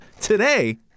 today